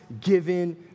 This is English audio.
given